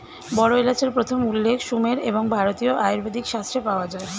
বড় এলাচের প্রথম উল্লেখ সুমের এবং ভারতীয় আয়ুর্বেদিক শাস্ত্রে পাওয়া যায়